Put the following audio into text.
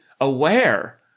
aware